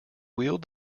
wheeled